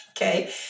Okay